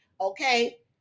okay